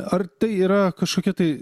ar tai yra kažkokia tai